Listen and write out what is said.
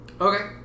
Okay